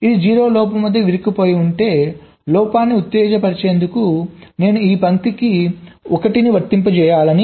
ఇది 0 లోపం వద్ద ఇరుక్కుపోయి ఉంటే లోపాన్ని ఉత్తేజపరిచేందుకు నేను ఈ పంక్తికి 1 ని వర్తింపజేయాలి